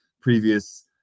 previous